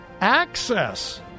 ...access